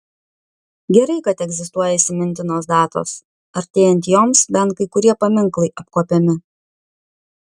gerai kad egzistuoja įsimintinos datos artėjant joms bent kai kurie paminklai apkuopiami